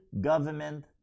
government